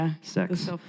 sex